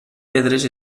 pedres